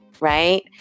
right